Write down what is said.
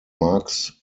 marks